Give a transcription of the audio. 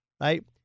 right